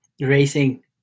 racing